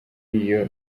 iyo